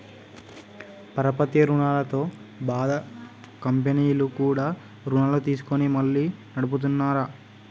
పరపతి రుణాలతో బాధ కంపెనీలు కూడా రుణాలు తీసుకొని మళ్లీ నడుపుతున్నార